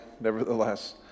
nevertheless